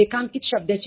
રેખાંકિત શબ્દ છે